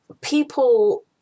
People